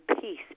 peace